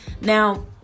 now